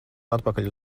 atpakaļ